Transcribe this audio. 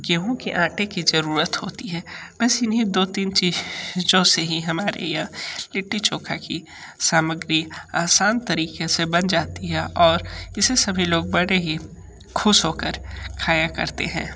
गेहूँ के आटे की जरूरत होती है बस इन्हीं दो तीन चीज़ों से ही हमारे यहाँ लिट्टी चोखा की सामग्री आसान तरीके से बन जाती है और जिसे सभी लोग बड़े ही खुश होकर खाया करते हैं